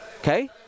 okay